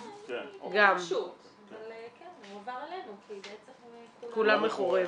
כן --- אבל כן הוא עבר אלינו כי בעצם כמעט כולם מכורים,